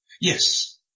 yes